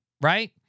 right